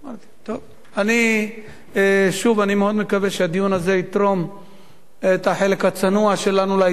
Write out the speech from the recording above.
אני מאוד מקווה שהדיון הזה יתרום את החלק הצנוע שלנו לעניין הזה,